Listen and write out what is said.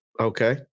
okay